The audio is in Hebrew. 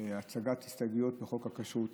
מ-10:00 ברצף, הצגת הסתייגויות לחוק הכשרות.